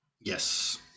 Yes